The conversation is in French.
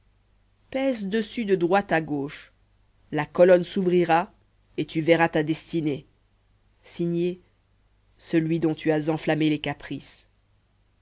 pèse dessus de droite à gauche la colonne s'ouvrira et tu verras ta destinée signé celui dont tu as enflammé les caprices